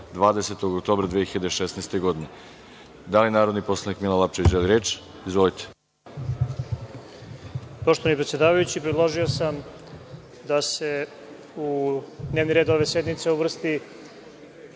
20. oktobra 2016. godine. Reč ima narodni poslanik Milan Lapčević. **Milan Lapčević** Poštovani predsedavajući, predložio sam da se u dnevni red ove sednice uvrsti